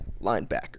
linebacker